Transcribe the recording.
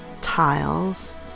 tiles